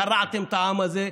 קרעתם את העם הזה.